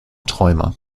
träumer